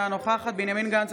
אינה נוכחת בנימין גנץ,